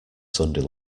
sunday